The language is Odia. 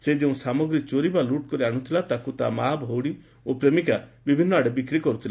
ସେ ଯେଉଁ ସାମଗ୍ରୀ ଚୋରି ବା ଲୁଟ୍ କରି ଆଣୁଥିଲା ତାକୁ ତା' ମାଆ ଭଉଣୀ ଓ ପ୍ରେମିକା ବିଭିନ୍ନ ଆଡେ ବିକ୍ରି କରୁଥିଲେ